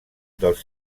dels